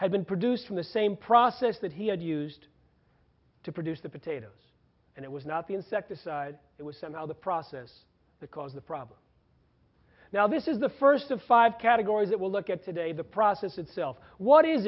had been produced from the same process that he had used to produce the potatoes and it was not the insecticide it was somehow the process that caused the problem now this is the first of five categories that we'll look at today the process itself what is